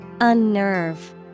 Unnerve